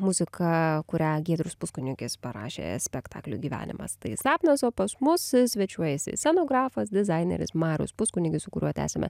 muziką kurią giedrius puskunigis parašė spektakliui gyvenimas tai sapnas o pas mus svečiuojasi scenografas dizaineris marius puskunigis su kuriuo tęsiame